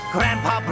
Grandpa